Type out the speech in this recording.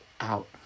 out